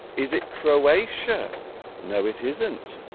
is it for away sure no it isn't